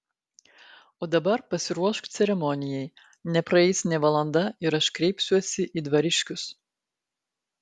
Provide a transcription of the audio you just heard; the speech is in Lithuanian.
o dabar pasiruošk ceremonijai nepraeis nė valanda ir aš kreipsiuosi į dvariškius